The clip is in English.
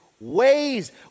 ways